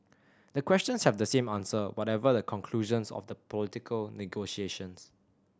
the questions have the same answer whatever the conclusions of the political negotiations